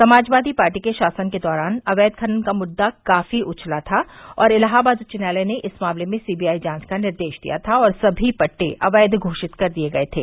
Samajwadi Party के शासन के दौरान अवैध खनन का मुद्दा काफी उछला था और इलाहाबाद उच्चन्यायालय ने इस मामले में सीबीआई जांव का निर्देश दिया था और सभी पट्टे अवैव घोषित कर दिये थे